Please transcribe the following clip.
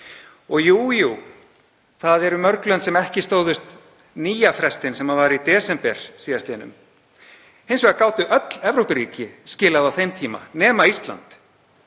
Og jú, jú, mörg lönd stóðust ekki nýja frestinn sem var í desember síðastliðnum. Hins vegar gátu öll Evrópuríki skilað á þeim tíma nema Ísland.